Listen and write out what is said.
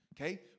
Okay